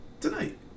tonight